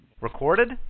recorded